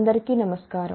అందరికీ నమస్కారం